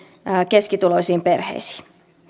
keskituloisiin perheisiin